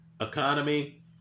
economy